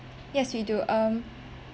yes we do um